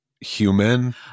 human